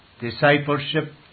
Discipleship